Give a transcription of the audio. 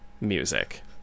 music